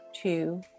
Two